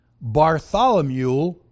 Bartholomew